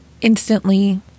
instantly